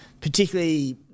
particularly